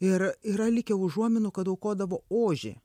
ir yra likę užuominų kad aukodavo ožį